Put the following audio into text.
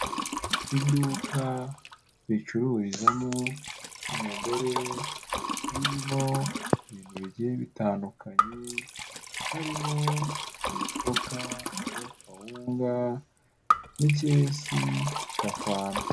Iduka ricururizamo umugore ririmo ibintu bigiye bitandukanye harimo imifuka y'akawunga n'ikesi ya fanta.